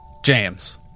James